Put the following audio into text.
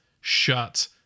shut